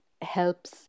helps